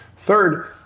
Third